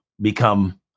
become